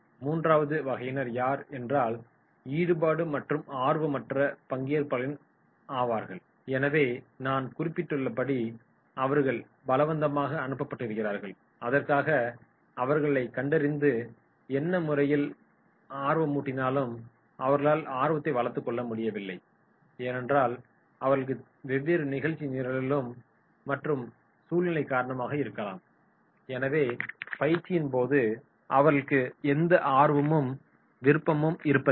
மூன்றாவது வகையினர் யார் என்றால் ஈடுபாடு மற்றும் ஆர்வமற்ற பங்கேற்பாளர்கள் ஆவார்கள் எனவே நான் குறிப்பிட்டுள்ளபடி அவர்கள் பலவந்தமாக அனுப்பப்பட்டு இருக்கிறார்கள் அதற்காக அவர்களை கண்டறிந்து என்னமுறையில் ஆர்வமூட்டினாலும் அவர்களால் ஆர்வத்தை வளர்த்துக் கொள்ள முடியவில்லை ஏனெனில் அவர்களுக்கு வெவ்வேறு நிகழ்ச்சி நிரல் மற்றும் சூழ்நிலை காரணமாக இருக்கலாம் எனவே பயிற்சியின் போது அவர்களுக்கு எந்த ஆர்வமும் விருப்பமும் இருப்பதில்லை